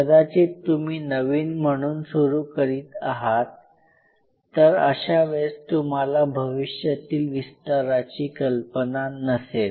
कदाचित तुम्ही नवीन म्हणून सुरू करीत आहात तर अशा वेळेस तुम्हाला भविष्यातील विस्ताराची कल्पना नसेल